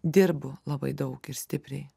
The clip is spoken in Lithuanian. dirbu labai daug ir stipriai